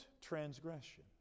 transgression